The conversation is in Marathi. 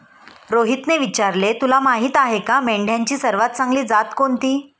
रोहितने विचारले, तुला माहीत आहे का मेंढ्यांची सर्वात चांगली जात कोणती?